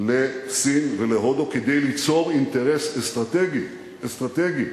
לסין ולהודו, כדי ליצור אינטרס אסטרטגי, אסטרטגי,